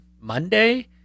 Monday